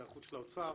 היערכות של האוצר.